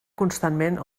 constantment